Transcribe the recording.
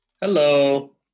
Hello